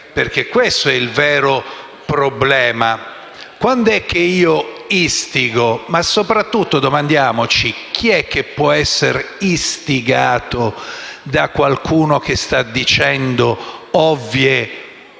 perché questo è il vero problema. Quand'è che io istigo ma soprattutto, domandiamoci, chi è che può essere istigato da qualcuno che sta dicendo scemenze,